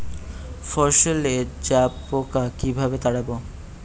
ফসলে জাবপোকা কিভাবে তাড়াব?